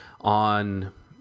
on